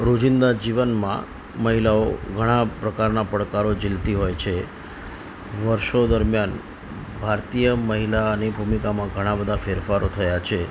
રોજીંદા જીવનમાં મહિલાઓ ઘણા પ્રકારના પડકારો ઝીલતી હોય છે વર્ષો દરમિયાન ભારતીય મહિલાની ભૂમિકામાં ઘણા બધા ફેરફારો થયા છે